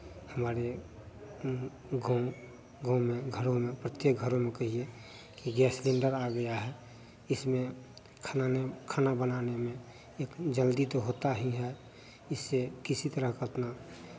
हमारे गाँव गाँव में घरों में कच्चे घरों में कहिए कि गैस सिंलेडर आ गया है इसमें खाना ने खाना बनाने में एक जल्दी तो होता ही है इससे किसी तरह अपना